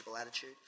attitude